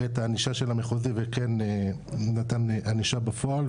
את הענישה של המחוזי וכן נתן ענישה בפועל.